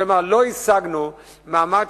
כלומר, לא השגנו מעמד,